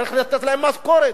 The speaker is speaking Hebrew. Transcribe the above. צריך לתת להם משכורת.